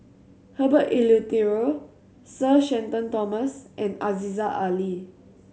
Herbert Eleuterio Sir Shenton Thomas and Aziza Ali